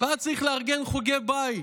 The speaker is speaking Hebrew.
והיה צריך לארגן חוגי בית